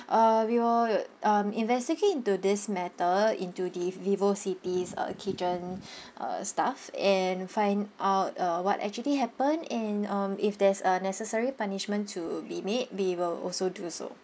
uh we will um investigate into this matter into the vivocity's uh kitchen uh staff and find out uh what actually happened and um if there's a necessary punishment to be made we will also do so